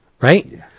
right